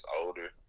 older